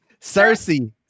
Cersei